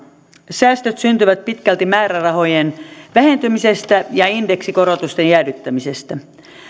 säästöt syntyvät pitkälti määrärahojen vähentymisestä ja indeksikorotusten jäädyttämisestä